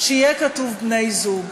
שיהיה כתוב "בני-זוג".